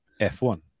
F1